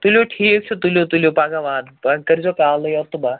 تُلِو ٹھیٖک چھُ تُلِو تُلِو پَگاہ واتہٕ بہٕ توتہِ کٔرۍ زیٛو کالٕے یوت تہٕ بَس